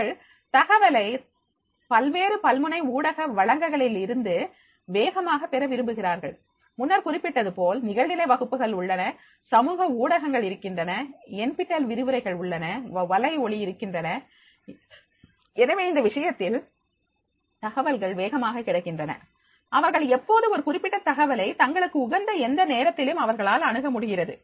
அவர்கள் தகவலை பல்வேறு பல்முனை ஊடக வளங்களில் இருந்து வேகமாக பெற விரும்புகிறார்கள் முன்னர் குறிப்பிட்டது போல் நிகழ்நிலை வகுப்புகள் உள்ளன சமூக ஊடகங்கள் இருக்கின்றன என் பி டெல் விரிவுரைகள் உள்ளன வளை ஒலி இருக்கின்றன எனவே இந்த விஷயத்தில் தகவல்கள் வேகமாக கிடைக்கின்றன அவர்கள் எப்போது ஒரு குறிப்பிட்ட தகவலை தங்களுக்கு உகந்த எந்த நேரத்திலும் அவர்களால் அணுக முடிகிறது